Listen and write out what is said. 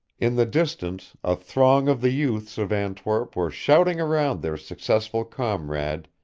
in the distance a throng of the youths of antwerp were shouting around their successful comrade,